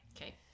Okay